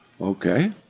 okay